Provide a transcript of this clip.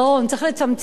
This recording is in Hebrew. צריך לצמצם אותו,